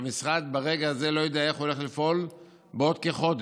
שהמשרד ברגע הזה לא יודע איך הוא הולך לפעול בעוד כחודש.